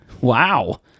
Wow